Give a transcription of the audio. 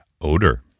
Odor